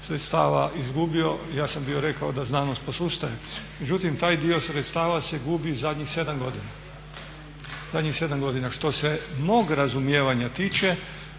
sredstava izgubio. Ja sam bio rekao da znanost posustaje, međutim taj dio sredstava se gubi zadnjih 7 godina. Što se mog razumijevanja tiče,